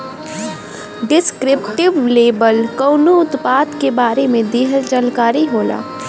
descriptive label कउनो उत्पाद के बारे में दिहल जानकारी होला